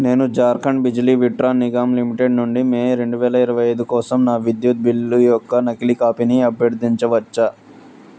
నేను జార్ఖండ్ బిజిలీ విట్రాన్ నిగమ్ లిమిటెడ్ నుండి మే రెండు వేల ఇరవై ఐదు కోసం నా విద్యుత్ బిల్లు యొక్క నకిలీ కాపీని అభ్యర్థించవచ్చా